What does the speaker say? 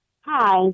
Hi